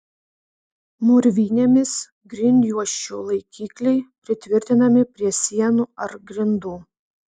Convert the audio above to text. mūrvinėmis grindjuosčių laikikliai pritvirtinami prie sienų ar grindų